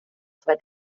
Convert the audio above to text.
zwei